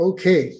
Okay